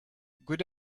good